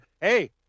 hey